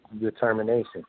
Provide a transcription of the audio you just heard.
determination